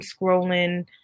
scrolling